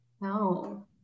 No